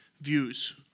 views